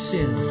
sin